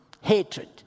hatred